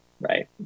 Right